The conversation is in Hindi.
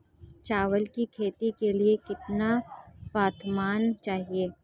चावल की खेती के लिए कितना तापमान चाहिए?